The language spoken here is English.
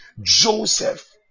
Joseph